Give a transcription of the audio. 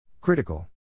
Critical